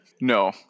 no